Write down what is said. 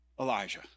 Elijah